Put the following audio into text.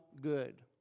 good